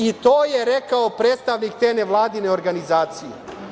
I to je rekao predstavnik te nevladine organizacije.